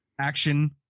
action